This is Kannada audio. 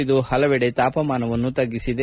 ಇದು ಹಲವಡೆ ತಾಪಮಾನವನ್ನು ತಗ್ಗಿಸಿದೆ